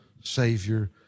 Savior